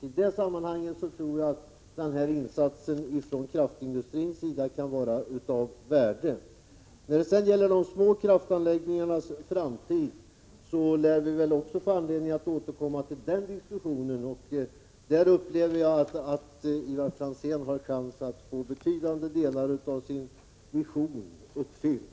I det sammanhanget tror jag att denna insats från kraftindustrins sida kan vara av värde. När det gäller de små kraftanläggningarnas framtid lär vi också få anledning att återkomma till den diskussionen. Jag tror att Ivar Franzén har en chans att få betydande delar av sin vision uppfyllda.